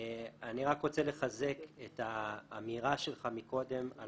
אני רק רוצה לחזק את האמירה שלך מקודם על